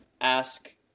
ask